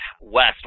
west